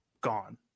gone